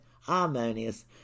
harmonious